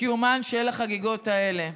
קיומן של החגיגות האלה.